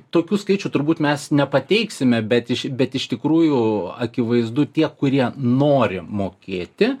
tokių skaičių turbūt mes nepateiksime bet iš bet iš tikrųjų akivaizdu tie kurie nori mokėti